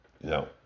No